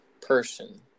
person